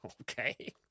okay